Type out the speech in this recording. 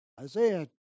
Isaiah